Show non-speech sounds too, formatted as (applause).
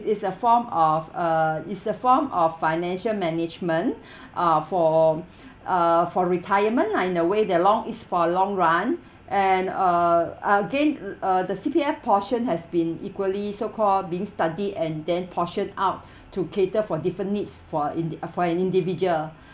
it's a form of a it's a form of financial management (breath) uh for (breath) uh for retirement lah in a way that long is for a long run and uh again uh the C_P_F portion has been equally so called being studied and then portioned out (breath) to cater for different needs for indi~ uh for an individual (breath)